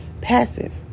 passive